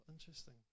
interesting